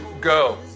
go